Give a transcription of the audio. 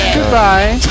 Goodbye